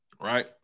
right